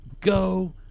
go